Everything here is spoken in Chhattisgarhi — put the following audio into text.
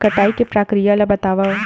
कटाई के प्रक्रिया ला बतावव?